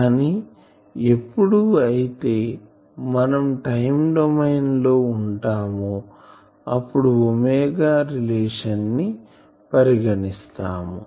కానీ ఎప్పుడు అయితే మనం టైం డొమైన్ లో ఉంటామో అప్పుడు ఒమేగా రిలేషన్ ని పరిగణిస్తాము